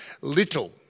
Little